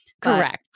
Correct